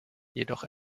jedoch